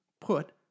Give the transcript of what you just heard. put